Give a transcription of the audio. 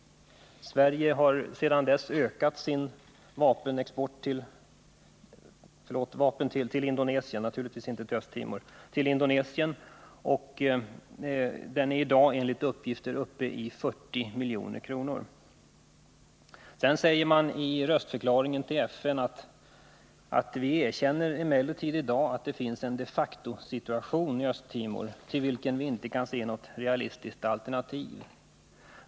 Sverige har sedan dess ökat sin vapenexport till Indonesien, och den är i dag enligt uppgifter uppe i 40 milj.kr. I röstförklaringen i FN säger man att vi erkänner att det i dag finns en de facto-situation i Östtimor till vilken vi inte kan se något realistiskt alternativ.